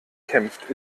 kämpft